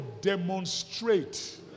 demonstrate